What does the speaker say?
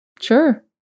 Sure